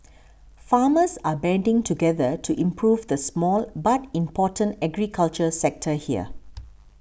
farmers are banding together to improve the small but important agriculture sector here